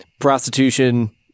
prostitution